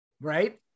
Right